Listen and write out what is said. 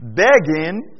begging